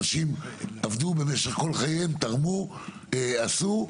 אנשים עבדו, תרמו כל חייהם ועשו.